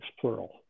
plural